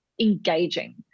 engaging